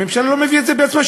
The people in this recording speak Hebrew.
הממשלה לא מביאה את זה בעצמה.